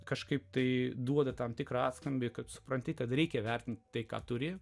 kažkaip tai duoda tam tikrą atskambį kad supranti kad reikia vertinti tai ką turi